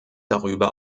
darüber